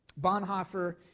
Bonhoeffer